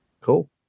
Cool